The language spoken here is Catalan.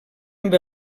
amb